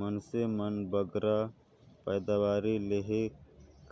मइनसे मन बगरा पएदावारी लेहे